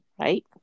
right